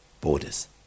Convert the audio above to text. borders